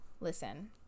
Listen